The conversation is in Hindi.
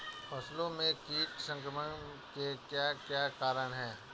फसलों में कीट संक्रमण के क्या क्या कारण है?